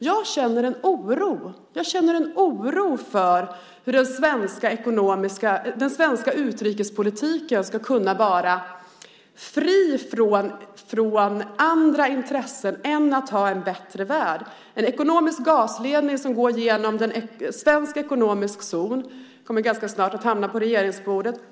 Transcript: Jag känner en oro för hur den svenska utrikespolitiken ska kunna vara fri från andra intressen än att man ska få en bättre värld. Frågan om en gasledning som går genom svensk ekonomisk zon kommer ganska snart att hamna på regeringens bord.